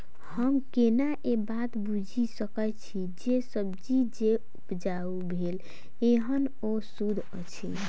हम केना ए बात बुझी सकैत छी जे सब्जी जे उपजाउ भेल एहन ओ सुद्ध अछि?